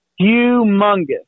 humongous